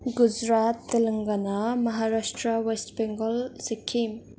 Gujarat Telangana Maharashtra West Bengal Sikkim